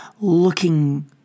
looking